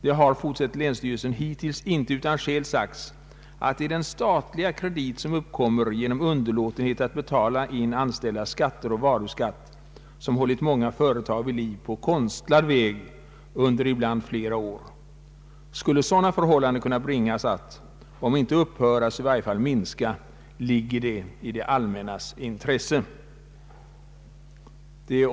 Det har, fortsätter länsstyrelsen, hittills inte utan skäl sagts, att det är den statliga kredit som uppkommer genom underlåtenhet att betala in anställdas skatter och varuskatt, som hållit många företag vid liv på konstlad väg under ibland flera år. Skulle sådana förhållanden kunna bringas att, om inte upphöra så i varje fall minska, ligger det i det allmännas intresse.